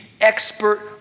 expert